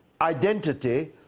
identity